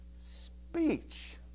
speech